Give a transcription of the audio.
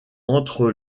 entre